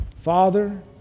Father